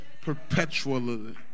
perpetually